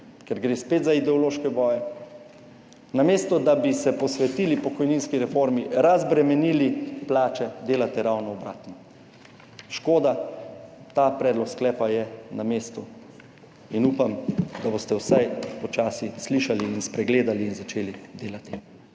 ker gre spet za ideološke boje. Namesto, da bi se posvetili pokojninski reformi, razbremenili plače, delate ravno obratno. Škoda, ta predlog sklepa je na mestu in upam, da boste vsaj počasi slišali in spregledali in začeli delati.